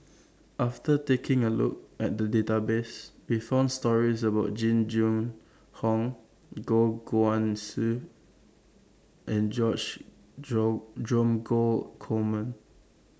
after taking A Look At The Database We found stories about Jing Jun Hong Goh Guan Siew and George Dromgold Coleman